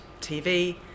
TV